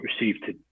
received